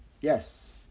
Yes